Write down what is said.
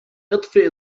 أطفئ